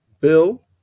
Bill